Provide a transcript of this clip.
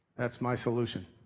that's my solution.